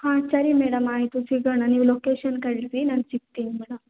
ಹಾಂ ಸರಿ ಮೇಡಮ್ ಆಯಿತು ಸಿಗೋಣ ನೀವು ಲೊಕೇಶನ್ ಕಳಿಸಿ ನಾನು ಸಿಗ್ತೀನಿ ಮೇಡಮ್